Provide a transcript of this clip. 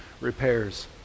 repairs